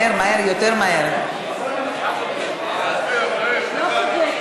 ההצעה להעביר את הצעת חוק כלי הירייה (תיקון,